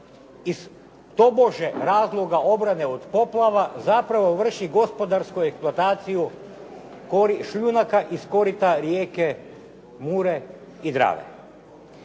iz tobože razloga obrane od poplava zapravo vrši gospodarsku eksploataciju šljunaka iz korita rijeke Mure i Drave.